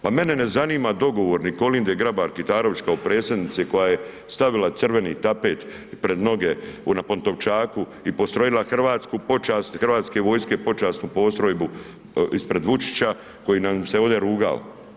Pa mene ne zanima dogovor ni Kolinde Grabar Kitarović kao predsjednice koja je stavila crveni tapet pred mnoge na Pantovčaku i postrojila hrvatsku počast, Hrvatske vojske počasnu postrojbu ispred Vučića koji nam se ovdje rugao.